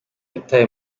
yatawe